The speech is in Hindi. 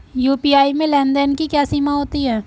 यू.पी.आई में लेन देन की क्या सीमा होती है?